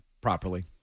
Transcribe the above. properly